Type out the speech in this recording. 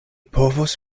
povos